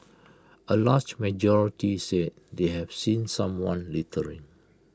A large majority said they have seen someone littering